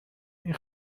این